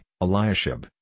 Eliashib